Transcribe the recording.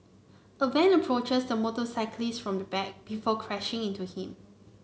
a van approaches the motorcyclist from the back before crashing into him